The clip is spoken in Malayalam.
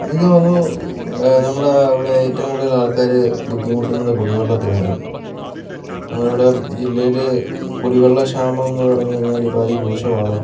എനിക്ക് തോന്നുന്നു നമ്മുടെ ഇവിടെ ഏറ്റവും കൂടുതൽ ആൾക്കാർ ബുദ്ധിമുട്ടുന്നത് കുടിവെള്ളത്തിനാണ് നമ്മുടെ ഇവിടെ ജില്ലയിൽ കുടിവെള്ള ക്ഷാമംന്ന് പറഞ്ഞുകഴിഞ്ഞാൽ ഇപ്പം അതിരൂക്ഷമാണ്